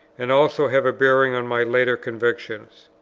and also have a bearing on my later convictions.